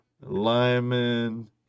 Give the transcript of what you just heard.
Lyman